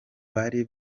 bari